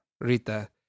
Rita